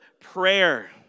prayer